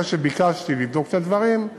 אחרי שביקשתי לבדוק את הדברים,